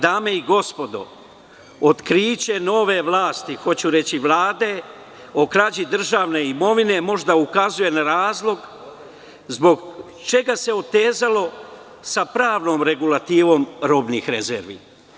Dame i gospodo, otkriće nove vlasti, hoću reći Vlade, o krađi državne imovine, možda ukazuje na razlog zbog čega se otezalo sa pravnom regulativom robnih rezervi.